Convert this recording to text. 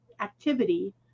activity